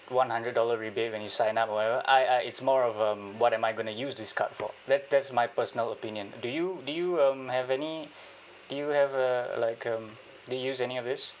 one hundred dollar rebate when you sign up or whatever I I it's more of um what am I going to use this card for that that's my personal opinion do you do you um have any do you have uh like um do you use any of this